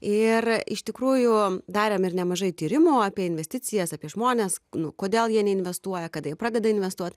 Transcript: ir iš tikrųjų darėm ir nemažai tyrimų apie investicijas apie žmones nu kodėl jie neinvestuoja kada jie pradeda investuot